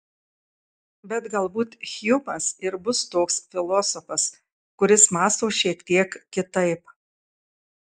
bet galbūt hjumas ir bus toks filosofas kuris mąsto šiek tiek kitaip